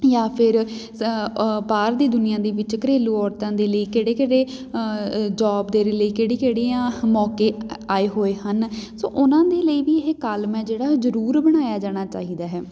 ਜਾਂ ਫਿਰ ਬਾਹਰ ਦੀ ਦੁਨੀਆ ਦੇ ਵਿੱਚ ਘਰੇਲੂ ਔਰਤਾਂ ਦੇ ਲਈ ਕਿਹੜੇ ਕਿਹੜੇ ਜੋਬ ਦੇ ਰਿਲੇ ਕਿਹੜੀ ਕਿਹੜੀਆਂ ਮੌਕੇ ਆਏ ਹੋਏ ਹਨ ਸੋ ਉਹਨਾਂ ਦੇ ਲਈ ਵੀ ਇਹ ਕਾਲਮ ਹੈ ਜਿਹੜਾ ਜ਼ਰੂਰ ਬਣਾਇਆ ਜਾਣਾ ਚਾਹੀਦਾ ਹੈ